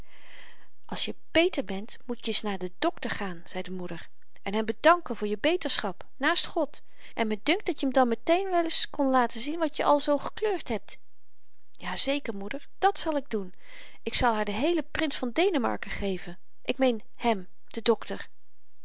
als je beter bent moet je n eens naar den dokter gaan zei de moeder en hem bedanken voor je beterschap naast god en me dunkt dat je m dan met-een wel ns kon laten zien wat je al zoo gekleurd hebt ja zeker moeder dàt zal ik doen ik zal haar den heelen prins van denemarken geven ik meen hem den dokter